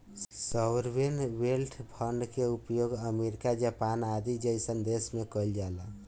sovereign wealth fund के उपयोग America Japan आदि जईसन देश में कइल जाला